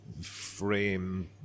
frame